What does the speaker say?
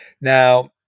Now